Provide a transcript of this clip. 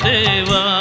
Deva